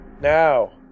now